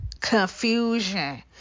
confusion